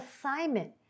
assignment